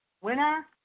winner